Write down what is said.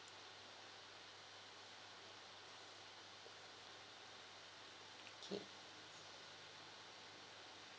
okay